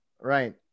Right